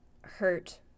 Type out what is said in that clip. hurt